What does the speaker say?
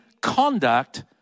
conduct